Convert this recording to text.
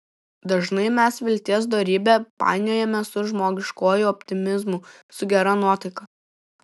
dažnai mes vilties dorybę painiojame su žmogiškuoju optimizmu su gera nuotaika